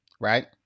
right